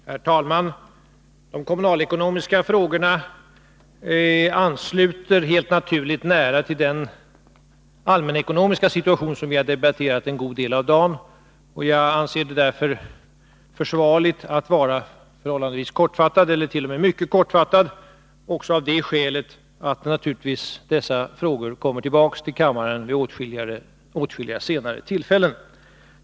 Herr talman! De kommunalekonomiska frågorna ansluter helt naturligt nära till den allmänekonomiska situation som vi har debatterat en god del av dagen. Jag anser det därför försvarligt att fatta mig mycket kort — också av det skälet att dessa frågor naturligtvis kommer tillbaka till kammaren vid åtskilliga senare tillfällen.